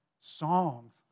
Songs